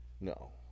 No